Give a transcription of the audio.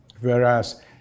whereas